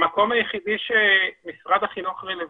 המקום היחידי בו מוגשות בקשות למשרד החינוך,